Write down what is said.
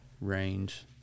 range